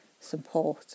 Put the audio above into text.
support